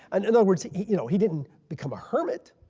and other words you know he didn't become a hermit.